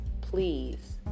please